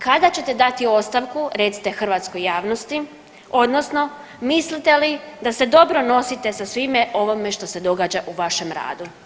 Kada ćete dati ostavku, recite hrvatskoj javnosti, odnosno mislite li da se dobro nosite sa svime ovome što se događa u vašem radu?